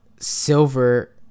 Silver